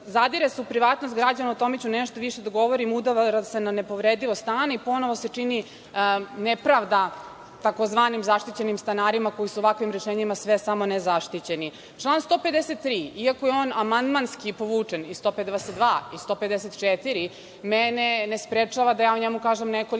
zadire se u privatnost građana, o tome ću nešto više da govorim, udara se na nepovredivost stana i ponovo se čini nepravda tzv. zaštićenim stanarima, koji su ovakvim rešenjima sve, samo ne zaštićeni. Član 153. iako je on amandmanski povučen i 152. i 154, mene ne sprečava da o njemu kažem nekoliko